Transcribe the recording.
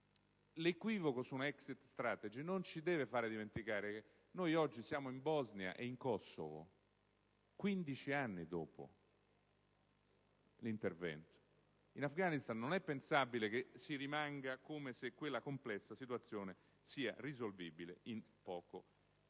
l'equivoco su una *exit strategy* non ci deve fare dimenticare che oggi siamo in Bosnia e in Kosovo 15 anni dopo l'intervento: non è pensabile che si rimanga in Afghanistan come se quella complessa situazione sia risolvibile in poco tempo.